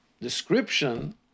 description